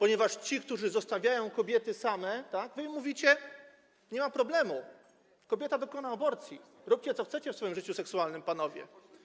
Oni zostawiają kobiety same, a wy mówicie: nie ma problemu, kobieta dokona aborcji, róbcie, co chcecie w swoim życiu seksualnym, panowie.